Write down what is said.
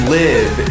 live